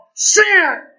Sin